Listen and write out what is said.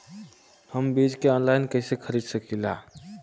हम बीज के आनलाइन कइसे खरीद सकीला?